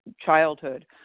childhood